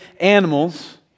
animals